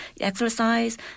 exercise